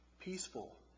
peaceful